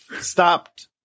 stopped